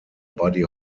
buddy